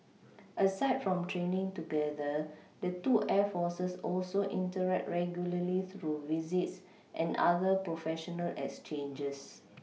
aside from training together the two air forces also interact regularly through visits and other professional exchanges